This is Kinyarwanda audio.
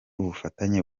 ubufatanye